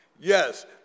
Yes